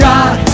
God